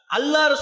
Allah